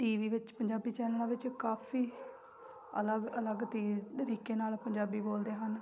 T V ਵਿੱਚ ਪੰਜਾਬੀ ਚੈਨਲਾਂ ਵਿੱਚ ਕਾਫੀ ਅਲੱਗ ਅਲੱਗ ਤੀ ਤਰੀਕੇ ਨਾਲ ਪੰਜਾਬੀ ਬੋਲਦੇ ਹਨ